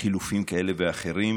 ובחילופים כאלה ואחרים,